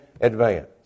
advance